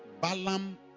Balaam